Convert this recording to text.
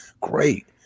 Great